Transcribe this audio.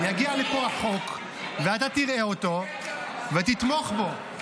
יגיע לפה החוק, ואתה תראה אותו ותתמוך בו.